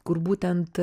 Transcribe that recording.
kur būtent